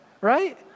right